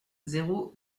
zéro